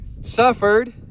suffered